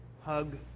Hug